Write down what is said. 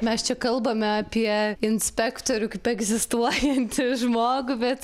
mes čia kalbame apie inspektorių kaip egzistuojantį žmogų bet